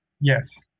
yes